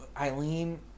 eileen